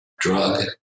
drug